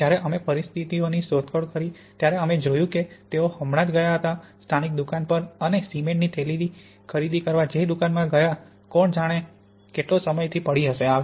અને જ્યારે અમે પરિસ્થિતિની શોધખોળ કરી ત્યારે અમે જોયું કે તેઓ હમણાં જ ગયા હતા સ્થાનિક દુકાન અને સિમેન્ટની થેલી ખરીદી કરવા જે દુકાનમાં ગયા કોણ જાણે છે કેટલો સમય થી પડી હસે